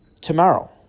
tomorrow